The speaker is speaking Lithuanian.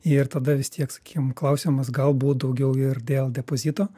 ir tada vis tiek sakykim klausimas galbūt daugiau ir dėl depozito